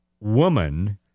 woman